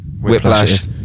Whiplash